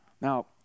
Now